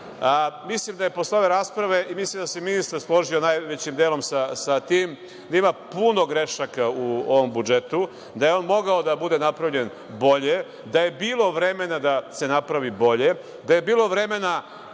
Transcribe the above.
mislim da je posle ove rasprave i mislim da se ministar složio najvećim delom sa tim da ima puno grešaka u ovom budžetu, da je on mogao da bude napravljen bolje, da je bilo vremena da se napravi bolje, da je bilo vremena